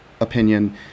opinion